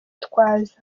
twaza